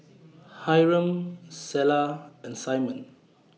Hyrum Selah and Simon